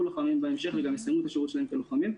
לוחמים בהמשך וגם יסיימו את השירות שלהם כלוחמים.